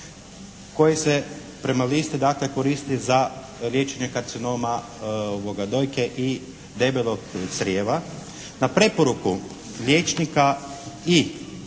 koji se prema listi dakle koristi za liječenje karcinoma dojke i debelog crijeva. Na preporuku liječnika i